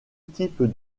type